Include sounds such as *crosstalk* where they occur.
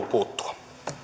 *unintelligible* puuttua